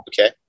Okay